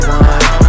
one